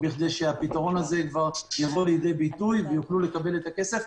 בכדי שהפתרון הזה יבוא לידי ביטוי ויוכלו לקבל את הכסף,